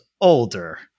older